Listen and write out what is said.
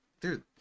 dude